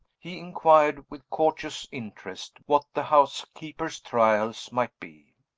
he inquired, with courteous interest, what the housekeeper's trials might be.